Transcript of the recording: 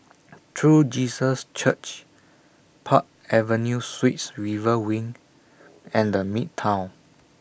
True Jesus Church Park Avenue Suites River Wing and The Midtown